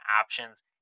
options